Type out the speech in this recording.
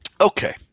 Okay